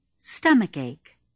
Stomachache